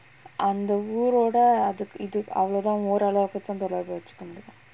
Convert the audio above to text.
அந்த ஊரோட அது இதுக் அவ்ளோதா ஓரளவுக்குதா தொடர்ப்பு வெச்சுக்க:antha ooroda athu ithuk avlothaa oralavukuthaa thodarbu vechukka